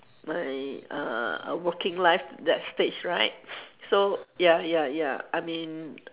my uh working life that stage right so ya ya ya I mean